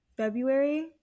February